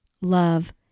love